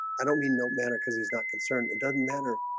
i don't mean no matter cuz he's not concerned it doesn't matter.